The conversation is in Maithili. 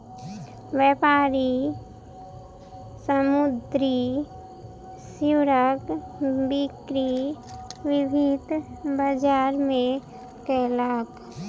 व्यापारी समुद्री सीवरक बिक्री विभिन्न बजार मे कयलक